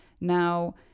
now